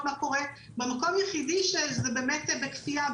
מה קורה במקום היחיד שזה מופעל בכפייה,